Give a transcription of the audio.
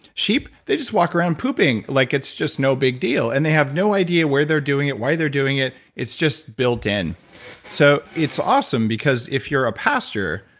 sheep, they just walk around pooping like it's just no big deal, and they have no idea where they're doing it, why they're doing it. it's just built in so it's awesome, because if you're a pasture,